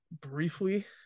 briefly